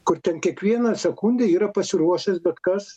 kur ten kiekvieną sekundę yra pasiruošęs bet kas